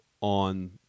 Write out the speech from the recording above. on